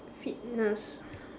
fitness